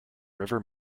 river